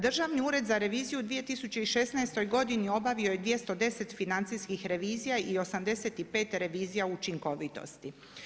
Držani ured za reviziju 2016. godini obavio je 2010 financijskih revizija i 85 revizija učinkovitosti.